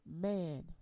man